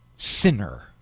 sinner